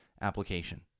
application